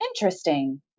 Interesting